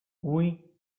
oui